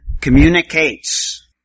communicates